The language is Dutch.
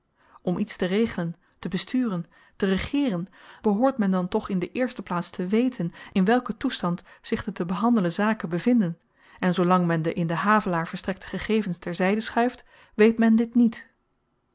om iets te regelen te besturen te regeeren behoort men dan toch in de eerste plaats te weten in welken toestand zich de te behandelen zaken bevinden en zoolang men de in den havelaar verstrekte gegevens ter zyde schuift weet men dit niet